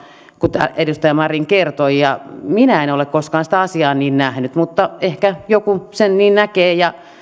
kuten edustaja marin kertoi minä en ole koskaan sitä asiaa niin nähnyt mutta ehkä joku sen niin näkee